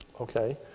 Okay